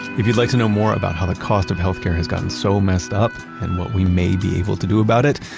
if you'd like to know more about how the cost of health care has gotten so messed up, and what we may be able to do about it,